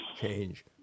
change